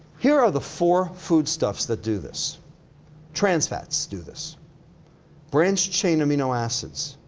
here are the four food stuffs that do this trans fats do this branched-chain amino acids